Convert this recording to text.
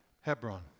Hebron